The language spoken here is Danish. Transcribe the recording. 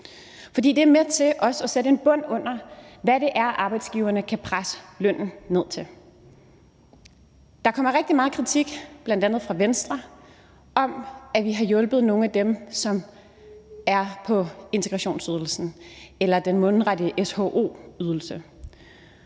det er også med til at sætte en bund under, hvad det er, arbejdsgiverne kan presse lønnen ned til. Der er kommet rigtig meget kritik, bl.a. fra Venstre, af, at vi har hjulpet nogle af dem, som er på integrationsydelsen eller SHO-ydelsen.